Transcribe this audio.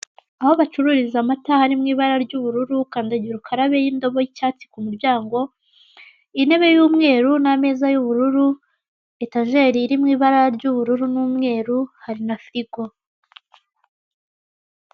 Aho bacururiza amata harimo ibara ry'ubururu kandagira ukarabe y'indobo y'icyatsi ku mutyango, intebe y'umweru n'ameza y'ubururu, etajeri iri mu ibara ry'ubururu n'umweru hari na firigo.